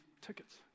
tickets